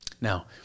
Now